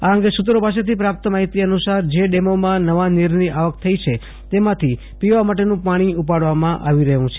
આ અંગે સુત્રો પાસેથી પ્રાપ્ત માહિતી અનુસાર જે ડેમોમાં નવા નીરની આવક થઇ છે તેમાંથી પીવા માટેનું પાણી ઉપાડવામાં આવી રહ્યું છે